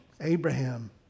Abraham